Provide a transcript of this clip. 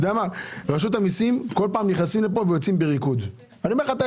רשות המיסים כל פעם נכנסים לפה ויוצאים בריקוד - שמחים,